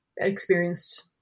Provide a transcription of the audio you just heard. experienced